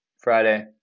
Friday